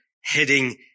heading